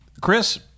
Chris